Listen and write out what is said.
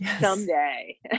someday